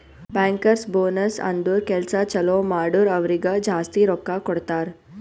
bankers bonus ಅಂದುರ್ ಕೆಲ್ಸಾ ಛಲೋ ಮಾಡುರ್ ಅವ್ರಿಗ ಜಾಸ್ತಿ ರೊಕ್ಕಾ ಕೊಡ್ತಾರ್